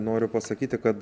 noriu pasakyti kad